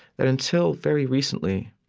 that until very recently,